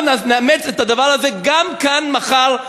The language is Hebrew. הבה נאמץ את הדבר הזה גם כאן מחר.